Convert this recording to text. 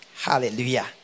hallelujah